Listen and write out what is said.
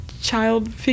child